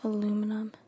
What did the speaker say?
Aluminum